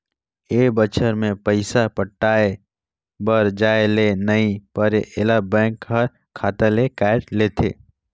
ए बच्छर के पइसा पटाये बर जाये ले नई परे ऐला बेंक हर खाता ले कायट लेथे